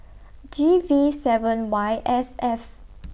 G V seven Y S F